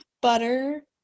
Butter